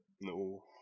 No